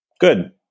Good